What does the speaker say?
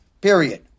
Period